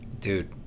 Dude